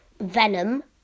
venom